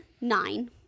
nine